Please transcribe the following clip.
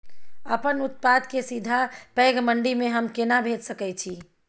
अपन उत्पाद के सीधा पैघ मंडी में हम केना भेज सकै छी?